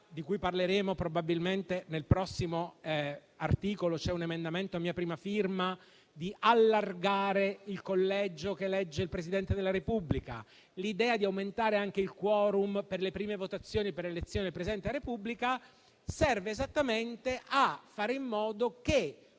di cui parleremo probabilmente nel prossimo articolo (c'è un emendamento a mia prima firma) di allargare il collegio che elegge il Presidente della Repubblica; l'idea di aumentare anche il *quorum* per le prime votazioni per l'elezione del Presidente Repubblica, servono esattamente a fare in modo che